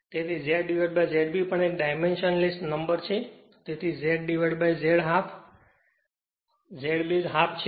તેથી ZZ B એ એક ડાયમેન્શન લેસનંબર છે તેથી તે Z dividedZ base હાફ છે